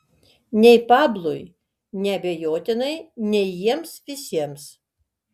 nei pablui neabejotinai nei jiems visiems